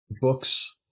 books